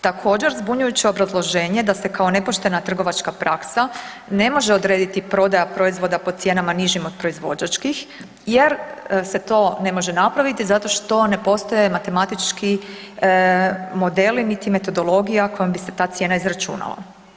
Također zbunjujuće je obrazloženje da se kao nepoštena trgovačka praksa ne može odrediti prodaja proizvoda po cijenama nižim od proizvođačkih jer se to ne može napraviti zato što ne postoje matematički modeli niti metodologija kojom bi se ta cijena izračunala.